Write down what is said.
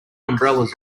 umbrellas